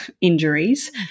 injuries